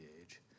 age